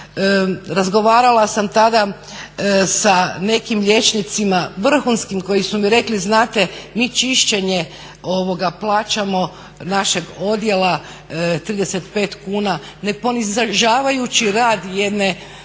Razgovarala sam tada sa nekim liječnicima, vrhunskim koji su mi rekli znate mi čišćenje plaćamo našeg odjela 35 kuna, ne ponižavajući rad jedne